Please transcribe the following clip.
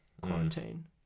quarantine